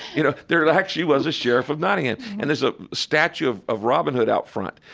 you know? there actually was a sheriff of nottingham. and there's a statue of of robin hood out front.